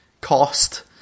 cost